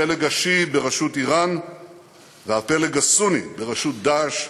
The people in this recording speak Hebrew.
הפלג השיעי בראשות איראן והפלג הסוני בראשות "דאעש"